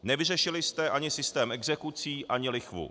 Nevyřešili jste ani systém exekucí, ani lichvu.